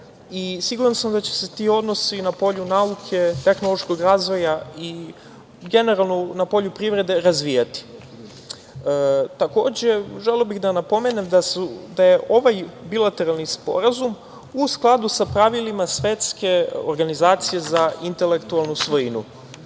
siguran sam da će se ti odnosi na polju nauke, tehnološkog razvoja i generalno na polju privrede razvijati. Želeo bih da napomenem da je ovaj bilateralni sporazum u skladu sa pravilima Svetske organizacije za intelektualnu svojinu,